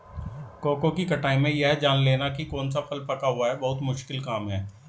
cocoa की कटाई में यह जान लेना की कौन सा फल पका हुआ है बहुत मुश्किल काम है